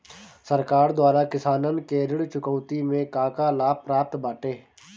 सरकार द्वारा किसानन के ऋण चुकौती में का का लाभ प्राप्त बाटे?